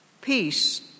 Peace